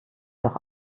doch